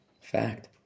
Fact